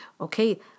Okay